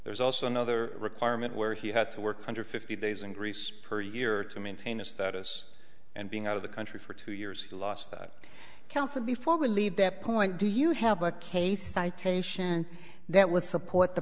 there's also another requirement where he had to work under fifty days in greece per year to maintain his status and being out of the country for two years he lost that counsel before we leave that point do you have a case citation that would support the